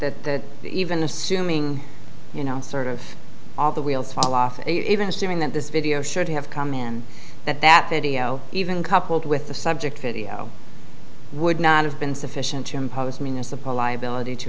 argued that even assuming you know sort of all the wheels fall off and even assuming that this video should have come in that that video even coupled with the subject video would not have been sufficient to impose municipal liability to